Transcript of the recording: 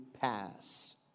pass